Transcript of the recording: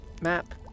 map